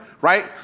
Right